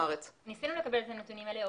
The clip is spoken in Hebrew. האמת היא שניסינו לקבל את הנתונים האלו.